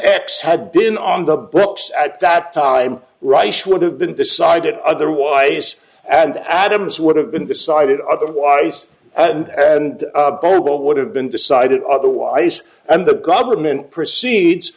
x had been on the books at that time rice would have been decided otherwise and adams would have been decided otherwise and and burble would have been decided otherwise and the government proceeds